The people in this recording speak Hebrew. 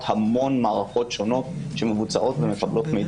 המון מערכות שונות שמבוצעות ומקבלות מידע.